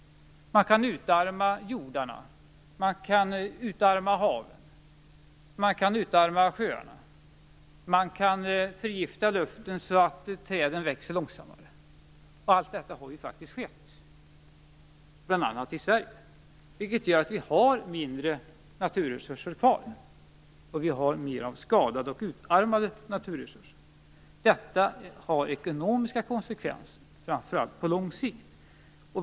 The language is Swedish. Man kan utarma jordarna, haven och sjöarna. Man kan förgifta luften, så att träden växer långsammare. Allt detta har ju faktiskt skett, bl.a. i Sverige. Det gör att vi har mindre naturresurser kvar, och vi har mer av skadade och utarmade naturresurser. Detta får ekonomiska konsekvenser, framför allt på lång sikt.